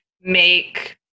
make